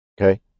Okay